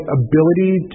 ability